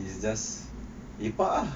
it's just lepak ah